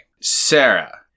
Sarah